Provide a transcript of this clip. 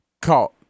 caught